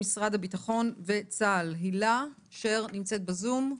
משרד הביטחון וצה"ל, הילה שר נמצאת איתנו בזום.